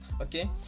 okay